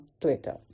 Twitter